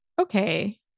okay